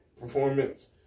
performance